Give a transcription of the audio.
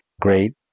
great